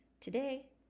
Today